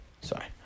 Sorry